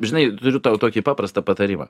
žinai turiu tau tokį paprastą patarimą